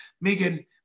Megan